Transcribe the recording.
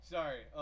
Sorry